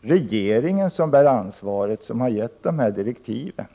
regeringen som bär ansvaret, för den har ju givit direktiven.